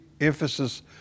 emphasis